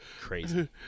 crazy